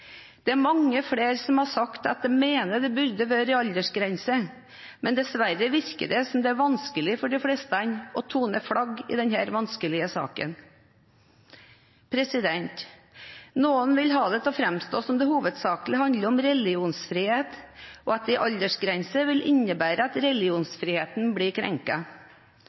Det er mange flere som har sagt at de mener det burde være en aldersgrense, men dessverre virker det som om det er vanskelig for de fleste å tone flagg i denne vanskelige saken. Noen vil ha det til å framstå som om dette hovedsakelig handler om religionsfrihet, og at en aldersgrense vil innebære at religionsfriheten blir